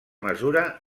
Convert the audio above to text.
mesura